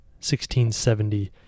1670